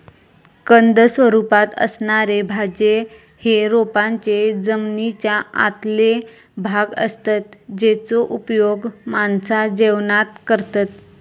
कंद स्वरूपात असणारे भाज्ये हे रोपांचे जमनीच्या आतले भाग असतत जेचो उपयोग माणसा जेवणात करतत